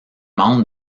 membre